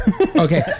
Okay